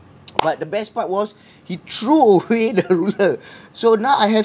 but the best part was he threw away the ruler so now I have